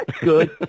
good